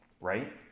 right